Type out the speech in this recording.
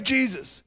Jesus